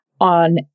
on